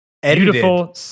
Beautiful